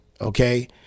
Okay